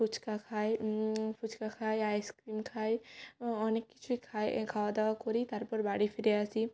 ফুচকা খাই ফুচকা খাই আইসক্রিম খাই অনেক কিছুই খাই খাওয়া দাওয়া করি তারপর বাড়ি ফিরে আসি